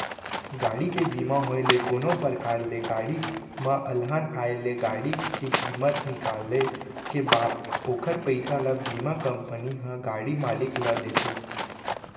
गाड़ी के बीमा होय ले कोनो परकार ले गाड़ी म अलहन आय ले गाड़ी के कीमत निकाले के बाद ओखर पइसा ल बीमा कंपनी ह गाड़ी मालिक ल देथे